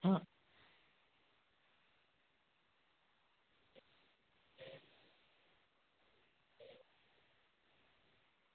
હા